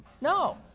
No